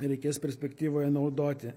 reikės perspektyvoje naudoti